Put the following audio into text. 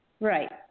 Right